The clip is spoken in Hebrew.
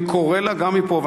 אני קורא לה גם מפה,